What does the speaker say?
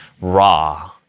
raw